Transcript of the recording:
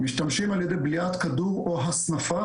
משתמשים על ידי בליעת כדור או הסנפה,